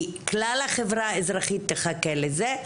כי כלל החברה האזרחית תחכה לזה,